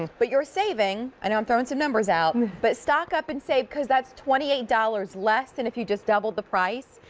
but you're saving i know i'm throwing some numbers out. but stock up and save because this's twenty eight dollars less than if you just double the price.